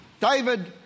David